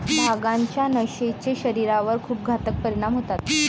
भांगाच्या नशेचे शरीरावर खूप घातक परिणाम होतात